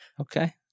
Okay